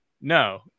No